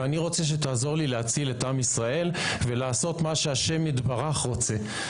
ואני רוצה שתעזור לי להציל את עם ישראל ולעשות את מה שהשם יתברך רוצה.